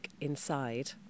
inside